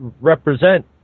represent